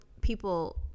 people